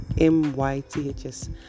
m-y-t-h-s